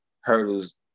hurdles